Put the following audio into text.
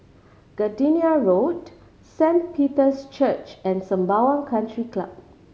Gardenia Road Saint Peter's Church and Sembawang Country Club